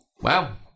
Wow